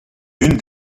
une